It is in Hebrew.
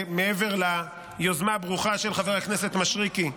מעבר ליוזמה הברוכה של חבר הכנסת מישרקי,